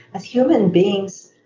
as human beings,